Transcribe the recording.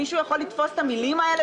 מישהו יכול לתפוס את המילים האלה,